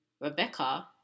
Rebecca